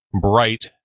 bright